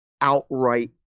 outright